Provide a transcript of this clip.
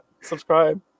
Subscribe